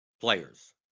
players